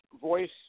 voice